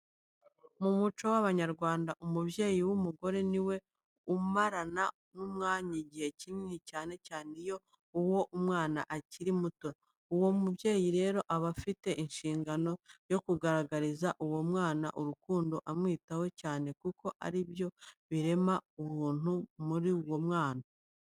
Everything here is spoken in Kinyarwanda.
Mu muco w'Abanyarwanda umubyeyi w'umugore ni we umarana n'umwana igihe kinini cyane cyane iyo uwo mwana akiri muto. Uwo mubyeyi rero aba afite inshingano yo kugaragariza uwo mwana urukundo amwitaho cyane kuko ari byo birema ubumuntu muri uwo mwana.